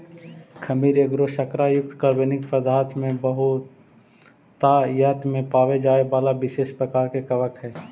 खमीर एगो शर्करा युक्त कार्बनिक पदार्थ में बहुतायत में पाबे जाए बला विशेष प्रकार के कवक हई